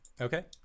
Okay